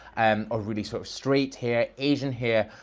and or really sort of straight hair, asian hair.